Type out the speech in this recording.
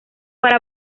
para